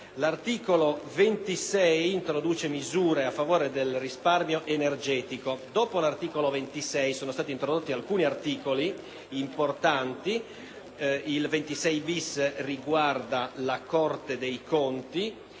L'articolo 26 introduce misure a favore del risparmio energetico. Dopo l'articolo 26 sono stati introdotti alcuni articoli importanti: il 26-*bis* contiene disposizioni